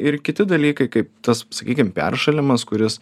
ir kiti dalykai kaip tas sakykim peršalimas kuris